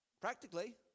practically